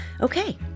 Okay